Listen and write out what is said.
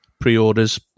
pre-orders